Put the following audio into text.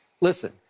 Listen